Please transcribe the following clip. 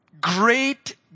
great